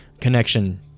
Connection